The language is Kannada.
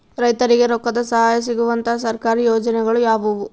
ರೈತರಿಗೆ ರೊಕ್ಕದ ಸಹಾಯ ಸಿಗುವಂತಹ ಸರ್ಕಾರಿ ಯೋಜನೆಗಳು ಯಾವುವು?